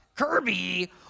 Kirby